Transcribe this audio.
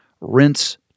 rinse